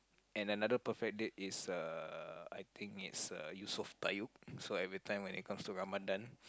and another perfect date is uh I think it's uh Yusof-Tayub so every time it comes to Ramadan